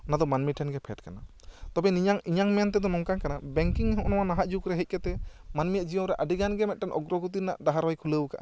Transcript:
ᱚᱱᱟ ᱫᱚ ᱢᱟᱹᱱᱢᱤ ᱴᱷᱮᱱ ᱜᱮ ᱯᱷᱮᱰ ᱠᱟᱱᱟ ᱛᱚᱵᱮ ᱤᱧᱟᱹᱜ ᱤᱧᱟᱹᱜ ᱢᱮᱱ ᱛᱮᱫᱚ ᱱᱚᱝᱠᱟᱱ ᱠᱟᱱᱟ ᱵᱮᱝᱠᱤᱝ ᱦᱚᱜᱼᱚ ᱱᱚᱣᱟ ᱱᱟᱦᱟᱜ ᱡᱩᱜᱽ ᱨᱮ ᱦᱮᱡ ᱠᱟᱛᱮ ᱢᱟᱹᱱᱢᱤᱭᱟᱜ ᱡᱤᱭᱚᱱ ᱨᱮ ᱟᱹᱰᱤ ᱜᱟᱱ ᱜᱮ ᱚᱜᱨᱚᱜᱚᱛᱤ ᱨᱮᱭᱟᱜ ᱰᱟᱦᱟᱨ ᱦᱚᱸᱭ ᱠᱷᱩᱞᱟᱹᱣ ᱟᱠᱟᱜᱼᱟ